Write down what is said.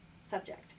subject